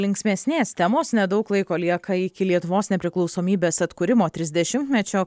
linksmesnės temos nedaug laiko lieka iki lietuvos nepriklausomybės atkūrimo trisdešimtmečio